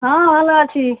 হাঁ ভালো আছি